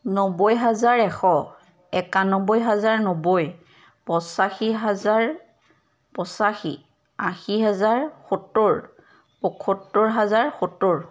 নব্বৈ হাজাৰ এশ একান্নবৈ হাজাৰ নব্বৈ পঁচাশী হাজাৰ পঁচাশী আশী হাজাৰ সত্তৰ পঁইসত্তৰ হাজাৰ সত্তৰ